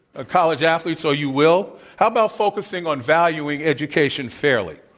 ah college athletes, or you will. how about focusing on valuing education fairly.